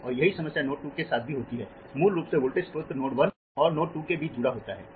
और यही समस्या नोड 2 के साथ भी होती है मूल रूप से वोल्टेज स्रोत नोड 1 और नोड 2 के बीच जुड़ा होता है